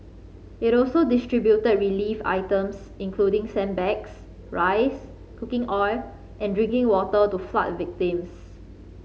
it also distributed relief items including sandbags rice cooking oil and drinking water to flood victims